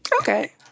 Okay